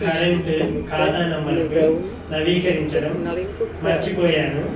current ఖాతా నెంబరుకు నవీకరించడం మర్చిపోయాను